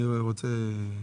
כן.